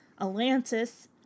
Atlantis